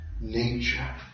nature